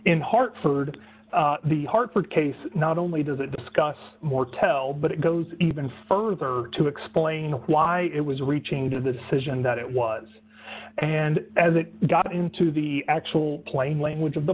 in hartford the hartford case not only does it discuss more tell but it goes even further to explain why it was reaching to the decision that it was and as it got into the actual plain language of the